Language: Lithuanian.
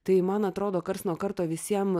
tai man atrodo karts nuo karto visiem